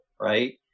right